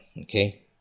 okay